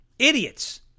idiots